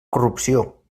corrupció